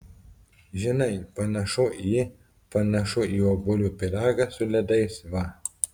žinai panašu į panašu į obuolių pyragą su ledais va